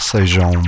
Sejam